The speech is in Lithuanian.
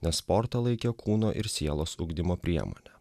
nes sportą laikė kūno ir sielos ugdymo priemone